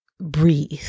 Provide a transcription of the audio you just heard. breathe